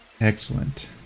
Excellent